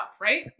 Right